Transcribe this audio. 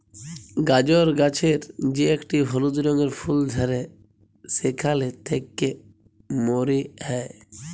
গাজর গাছের যে একটি হলুদ রঙের ফুল ধ্যরে সেখালে থেক্যে মরি হ্যয়ে